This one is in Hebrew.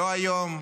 לא היום,